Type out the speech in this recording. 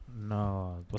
no